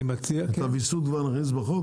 את הוויסות כבר נכניס לחוק?